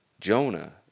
Jonah